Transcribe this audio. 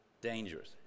Dangerous